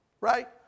Right